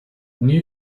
neo